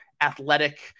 athletic